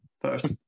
first